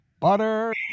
Butter